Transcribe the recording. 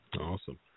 Awesome